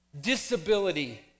disability